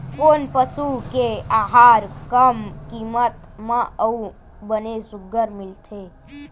कोन पसु के आहार कम किम्मत म अऊ बने सुघ्घर मिलथे?